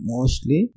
Mostly